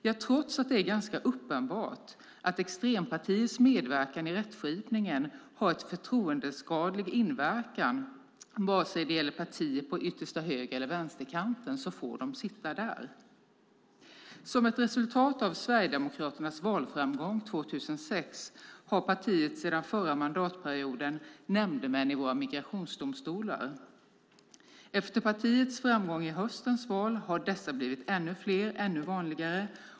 Ja, trots att det är ganska uppenbart att extrempartiers medverkan i rättskipningen har en förtroendeskadlig inverkan, vare sig det gäller partier på yttersta höger eller vänsterkanten får de sitta där. Som ett resultat av Sverigedemokraternas valframgång 2006 har partiet sedan förra mandatperioden nämndemän i våra migrationsdomstolar. Efter partiets framgång i höstens val har dessa blivit ännu vanligare.